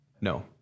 No